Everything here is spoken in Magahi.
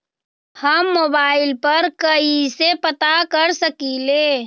हम मोबाइल पर कईसे पता कर सकींले?